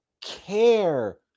care